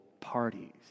parties